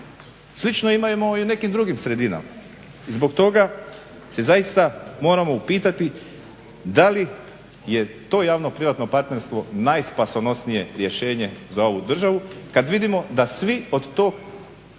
Slično imamo i u nekim drugim sredinama. I zbog toga se moramo upitati da li je to javno-privatno partnerstvo najspasonosnije rješenje za ovu državu, kad vidimo da svi od tog